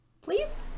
Please